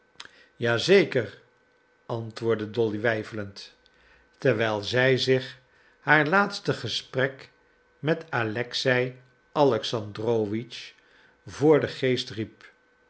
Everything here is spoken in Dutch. zeker antwoordde dolly weifelend terwijl zij zich haar laatste gesprek met alexei alexandrowitsch voor den geest riep